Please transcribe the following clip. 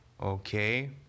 Okay